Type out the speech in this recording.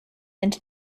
into